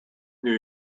new